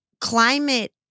Climate